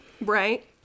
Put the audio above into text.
Right